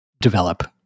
develop